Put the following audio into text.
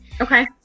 Okay